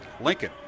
Lincoln